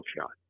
shot